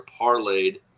parlayed